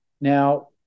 Now